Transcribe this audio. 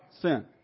sin